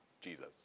Jesus